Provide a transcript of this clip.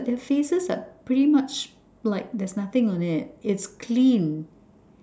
but their faces are pretty much like there's nothing on it like it's clean